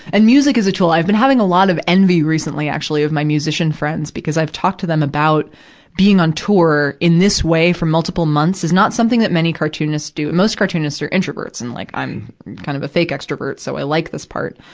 and music is tool. i've been having a lot of envy recently, actually, of my musician friends, because i've talked to them about being on tour in this way for multiple months, is not something that many cartoonists do. and most cartoonists are introverts, and, like, i'm kind of a fake extrovert, so i like this part,